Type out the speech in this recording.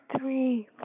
three